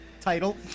title